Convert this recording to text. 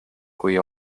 kui